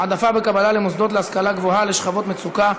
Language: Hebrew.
העדפה בקבלה למוסדות להשכלה גבוהה לשכבות מצוקה),